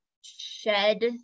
shed